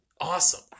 awesome